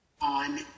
on